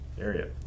area